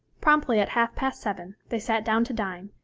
promptly at half-past seven they sat down to dine,